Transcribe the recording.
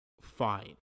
fine